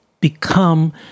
become